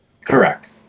Correct